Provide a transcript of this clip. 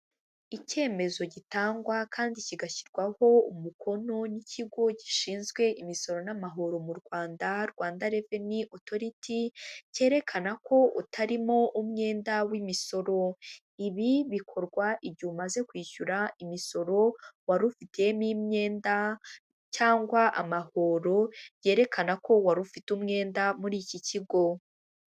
Icyemezo gitangwa kandi kigashyirwaho umukono n'ikigo gishinzwe imisoro n'amahoro mu Rwanda Rwanda reveni otoriti cyerekana ko utarimo umwenda w'imisoro, ibi bikorwa igihe umaze kwishyura imisoro wari ufitiyemo imyenda cyangwa amahoro byerekana ko wari ufite umwenda muri iki kigo.